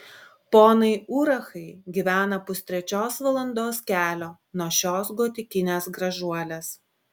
ponai urachai gyvena pustrečios valandos kelio nuo šios gotikinės gražuolės